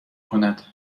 کند